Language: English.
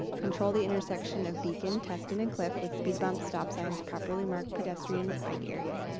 control the intersection of beacon, tustin, and cliff, with speed bumps, stop signs, properly marked pedestrian bike areas.